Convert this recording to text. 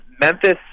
Memphis